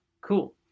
Cool